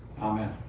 Amen